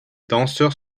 danseurs